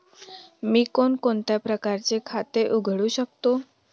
मी कोणकोणत्या प्रकारचे खाते उघडू शकतो?